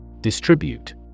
Distribute